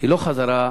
זה לא חזרה בתשובה.